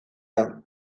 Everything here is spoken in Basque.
han